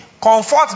comfort